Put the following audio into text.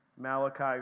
Malachi